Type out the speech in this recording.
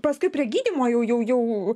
paskui prie gydymo jau jau jau